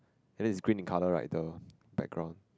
and it's green in colour right the background